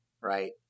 right